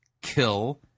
kill